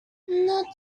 not